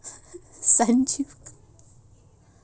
sanjeev